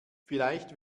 vielleicht